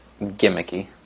gimmicky